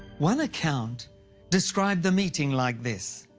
one account described the meeting like this.